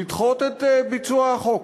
לדחות את ביצוע החוק.